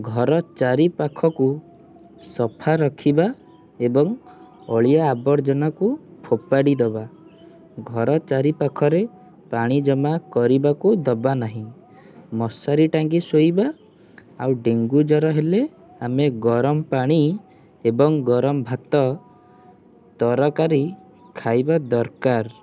ଘର ଚାରି ପାଖକୁ ସଫା ରଖିବା ଏବଂ ଅଳିଆ ଆବର୍ଜନାକୁ ଫୋପାଡ଼ି ଦେବା ଘର ଚାରି ପାଖରେ ପାଣି ଜମା କରିବାକୁ ଦେବା ନାହିଁ ମଶାରୀ ଟାଙ୍ଗି ଶୋଇବା ଆଉ ଡେଙ୍ଗୁ ଜ୍ଵର ହେଲେ ଆମେ ଗରମ ପାଣି ଏବଂ ଗରମ ଭାତ ତରକାରୀ ଖାଇବା ଦରକାର